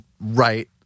right